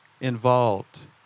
involved